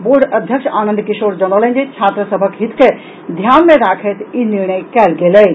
board अध्यक्ष आनंद किशोर जनौलनि जे छात्र सभक हित के ध्यान मे राखैत ई निर्णय कयल गेल अछि